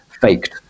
faked